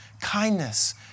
kindness